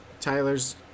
Tyler's